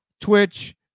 twitch